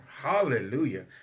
hallelujah